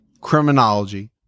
Criminology